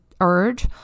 urge